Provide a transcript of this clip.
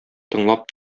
тыңлап